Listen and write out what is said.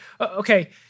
okay